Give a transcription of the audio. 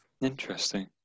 Interesting